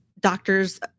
doctors